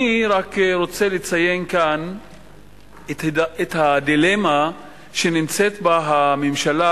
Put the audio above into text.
אני רוצה לציין כאן את הדילמה שנמצאת בה הממשלה,